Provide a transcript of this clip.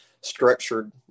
structured